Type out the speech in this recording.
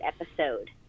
episode